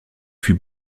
fut